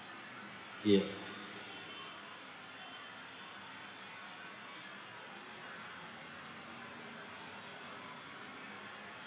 ya